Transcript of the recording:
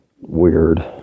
weird